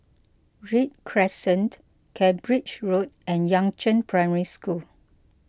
Read Crescent Cambridge Road and Yangzheng Primary School